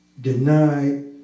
denied